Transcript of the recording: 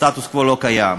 סטטוס-קוו לא קיים.